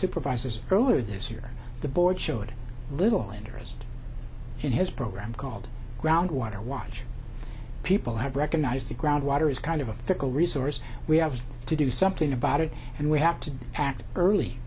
supervisors earlier this year the board showed little interest in his program called groundwater watch people have recognized the groundwater is kind of a fickle resource we have to do something about it and we have to act early